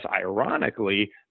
ironically